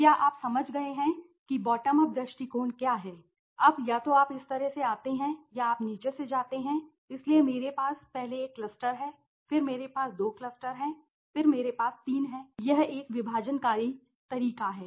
तो क्या आप समझ गए हैं कि बॉटम अप दृष्टिकोण क्या है अब या तो आप इस तरह से आते हैं या आप नीचे से जाते हैं इसलिए मेरे पास पहले एक क्लस्टर है फिर मेरे पास दो क्लस्टर हैं फिर मेरे पास तीन हैं यह एक विभाजनकारी तरीका है